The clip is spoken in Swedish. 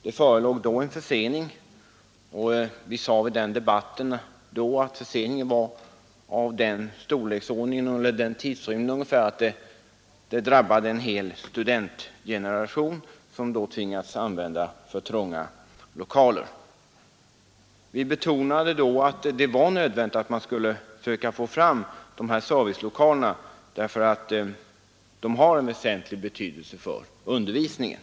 Det förelåg den gången en försening, som under debatten sades vara av den storleksordningen att den drabbade en hel studentgeneration, som på grund av dröjsmålet tvingats använda för trånga lokaler. Vi betonade då att det var nödvändigt att söka få fram servicelokalerna därför att de har en väsentlig betydelse för undervisningen.